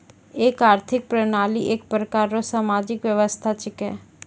एक आर्थिक प्रणाली एक प्रकार रो सामाजिक व्यवस्था छिकै